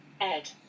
Ed